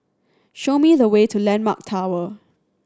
show me the way to Landmark Tower